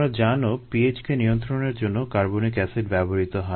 তোমরা জানো pH কে নিয়ন্ত্রণের জন্য কার্বনিক এসিড ব্যবহৃত হয়